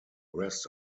rest